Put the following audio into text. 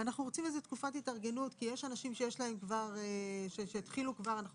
אנחנו רוצים תקופת התארגנות כי יש אנשים שהתחילו ואנחנו